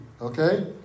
Okay